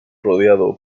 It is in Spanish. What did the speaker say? rodeado